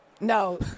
No